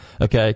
Okay